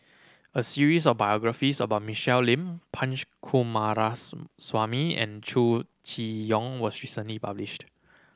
a series of biographies about Michelle Lim Punch and Chow Chee Yong was recently published